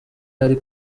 ari